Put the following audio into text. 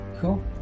cool